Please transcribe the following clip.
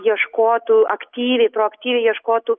ieškotų aktyviai proaktyviai ieškotų